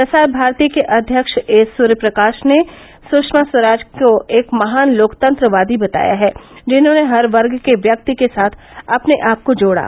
प्रसार भारती के अध्यक्ष एसूर्य प्रकाश ने सृषमा स्वराज को एक महान लोकतंत्रवादी बताया है जिन्होंने हर वर्ग के व्यक्ति के साथ अपने आपको जोड़ा